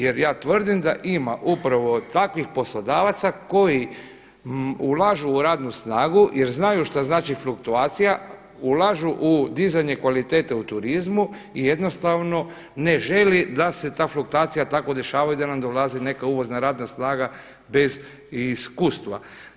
Jer ja tvrdim da ima upravo takvih poslodavaca koji ulažu u radnu snagu jer znaju šta znači fluktuacija, ulažu u dizanje kvalitete u turizmu i jednostavno ne želi da se ta fluktuacija tako dešava i da nam dolazi neka uvozna radna snaga bez iskustva.